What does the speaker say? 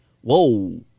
whoa